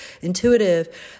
intuitive